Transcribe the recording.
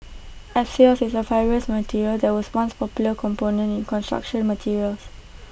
asbestos is A fibrous mineral that was once A popular component in construction materials